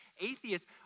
Atheists